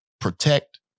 protect